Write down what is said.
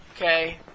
Okay